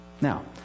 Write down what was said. Now